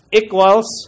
equals